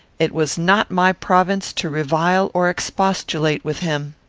it was not my province to revile or expostulate with him.